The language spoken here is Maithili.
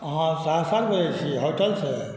अहाँ सहरसासँ बजै छी होटलसँ